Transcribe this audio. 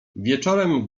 wieczorem